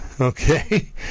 Okay